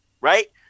right